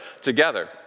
together